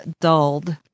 dulled